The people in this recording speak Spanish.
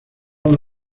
una